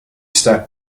stepped